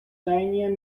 чаяния